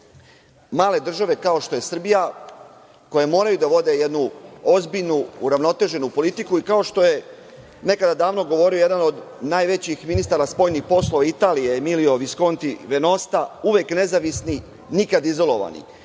male države kao što je Srbija, koje moraju da vode jednu ozbiljnu, uravnoteženu politici, kao što je nekada davno govorio jedan od najvećih ministara spoljni poslova Italije Emilio Viskonti Venosta, uvek nezavisni, nikad izolovani,